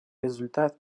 результат